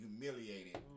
humiliated